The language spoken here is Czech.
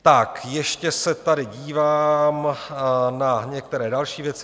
Tak ještě se tady dívám na některé další věci.